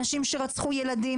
אנשים שרצחו יהודים,